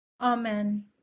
Amen